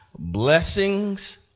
blessings